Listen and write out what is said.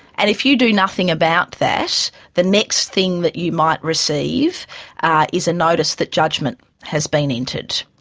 and if you do nothing about that, the next thing that you might receive is a notice that judgment has been entered.